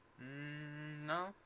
no